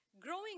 Growing